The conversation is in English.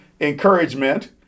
encouragement